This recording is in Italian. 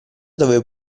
dove